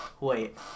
Wait